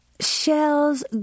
shells